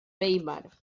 weimar